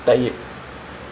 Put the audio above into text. just high ah